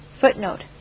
Footnote